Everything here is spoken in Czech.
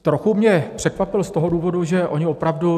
Trochu mě překvapil z toho důvodu, že oni opravdu...